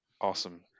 awesome